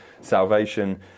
salvation